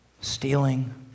stealing